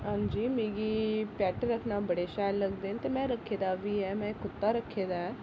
हां जी मिगी पैट रक्खना बड़े शैल लगदे न ते मैं रक्खे दा बी ऐ मैं रक्खे दा बी ऐ मैं कुत्ता रक्खे दा ऐ